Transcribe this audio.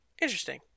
Interesting